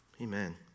Amen